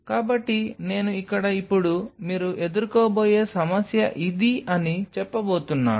కాబట్టి నేను ఇక్కడ ఇప్పుడు మీరు ఎదుర్కోబోయే సమస్య ఇది అని చెప్పబోతున్నాను